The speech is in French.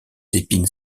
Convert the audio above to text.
épines